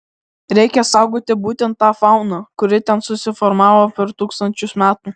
reikia saugoti būtent tą fauną kuri ten susiformavo per tūkstančius metų